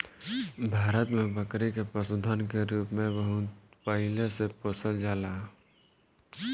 भारत में बकरी के पशुधन के रूप में बहुत पहिले से पोसल जाला